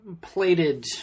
plated